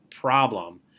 problem